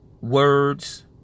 Words